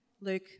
Luke